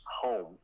home